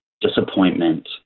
disappointment